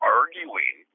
arguing